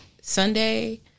Sunday